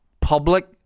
public